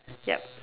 yup